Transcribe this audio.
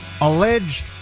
alleged